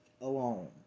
alone